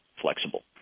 flexible